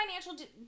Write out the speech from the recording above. financial